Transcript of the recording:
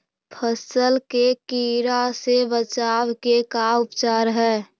फ़सल के टिड्डा से बचाव के का उपचार है?